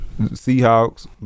Seahawks